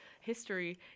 history